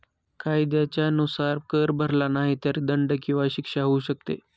कायद्याच्या नुसार, कर भरला नाही तर दंड किंवा शिक्षा होऊ शकते